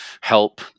help